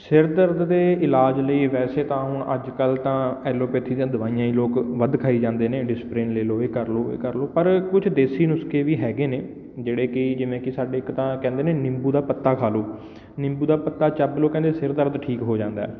ਸਿਰ ਦਰਦ ਦੇ ਇਲਾਜ ਲਈ ਵੈਸੇ ਤਾਂ ਹੁਣ ਅੱਜ ਕੱਲ੍ਹ ਤਾਂ ਐਲੋਪੈਥੀ ਦੀਆਂ ਦਵਾਈਆਂ ਹੀ ਲੋਕ ਵੱਧ ਖਾਈ ਜਾਂਦੇ ਨੇ ਡ੍ਰਿਸਪ੍ਰਿਨ ਲੈ ਲਉ ਇਹ ਕਰ ਲਉ ਇਹ ਕਰ ਲਉ ਪਰ ਕੁਝ ਦੇਸੀ ਨੁਸਖੇ ਵੀ ਹੈਗੇ ਨੇ ਜਿਹੜੇ ਕਿ ਜਿਵੇਂ ਕਿ ਸਾਡੇ ਇੱਕ ਤਾਂ ਕਹਿੰਦੇ ਨੇ ਨਿੰਬੂ ਦਾ ਪੱਤਾ ਖਾ ਲਉ ਨਿੰਬੂ ਦਾ ਪੱਤਾ ਚੱਬ ਲਉ ਕਹਿੰਦੇ ਸਿਰ ਦਰਦ ਠੀਕ ਹੋ ਜਾਂਦਾ